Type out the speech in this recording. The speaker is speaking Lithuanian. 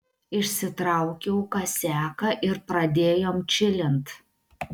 išsitraukiau kasiaką ir pradėjom čilint